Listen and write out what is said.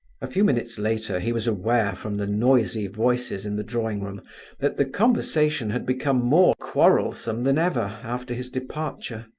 a few minutes later he was aware from the noisy voices in the drawing um that the conversation had become more quarrelsome than ever after his departure.